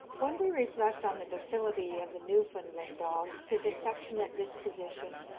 when we reflect on the docility of the newfoundland dog, his affectionate disposition,